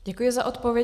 Děkuji za odpovědi.